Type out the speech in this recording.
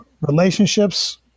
relationships